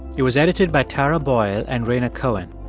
it was edited by tara boyle and rhaina cohen.